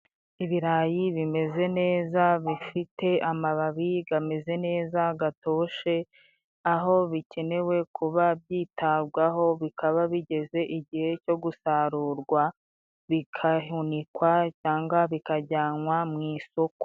Ibirayi bimeze neza bifite amababi gameze neza gatoshe aho bikenewe kuba byitabwaho bikaba bigeze igihe cyo gusarurwa bikahunikwa cyanga bikajyanwa mu isoko.